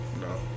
No